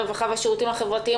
הרווחה והשירותים החברתיים,